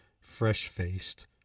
fresh-faced